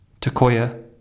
Takoya